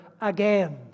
again